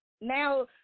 now